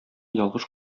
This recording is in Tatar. ялгыш